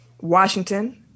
Washington